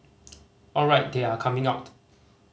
alright they are coming out